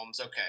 okay